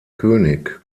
könig